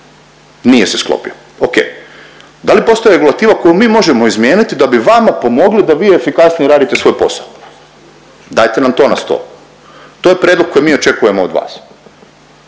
Nije se sklopio. Okej. Da li postoji regulativa koju mi možemo izmijeniti da bi vama pomogli da vi efikasnije radite svoj posao? Dajte nam to na stol. To je prijedlog koji mi očekujemo od vas.